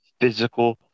physical